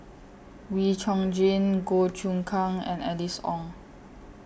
Wee Chong Jin Goh Choon Kang and Alice Ong